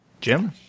Jim